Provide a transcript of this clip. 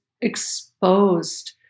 exposed